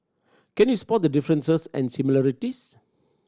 can you spot the differences and similarities